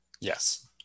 Yes